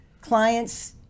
clients